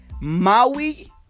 Maui